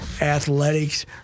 athletics